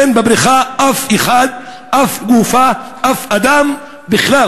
אין בבריכה אף אחד, אף גופה, אף אדם בכלל.